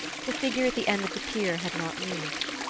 the figure at the end of the pier had not moved.